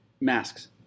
masks